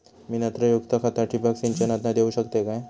मी नत्रयुक्त खता ठिबक सिंचनातना देऊ शकतय काय?